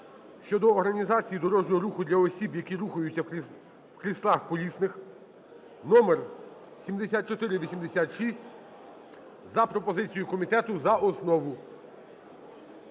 щодо організації дорожнього руху для осіб, які рухаються в кріслах колісних (№ 7486) за пропозицією комітету за основу.